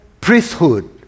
priesthood